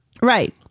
Right